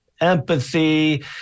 empathy